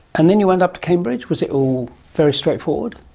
and then you went up to cambridge. was it all very straightforward?